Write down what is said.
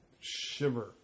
shiver